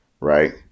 right